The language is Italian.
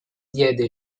diede